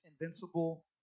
invincible